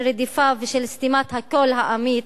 של רדיפה ושל סתימת הקול האמיץ,